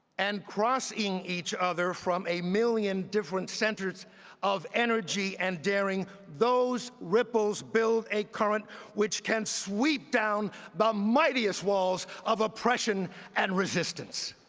and crossing each other from a million different centers of energy and daring those ripples build a current which can sweep down the but mightiest walls of oppression and resistance.